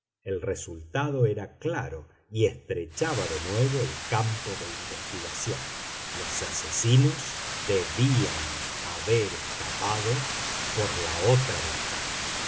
el resultado era claro y estrechaba de nuevo el campo de investigación los asesinos debían haber escapado por la otra ventana